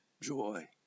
joy